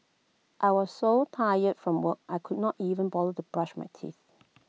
I was so tired from work I could not even bother to brush my teeth